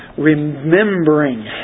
Remembering